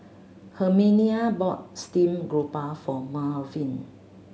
Herminia bought grouper for Melvyn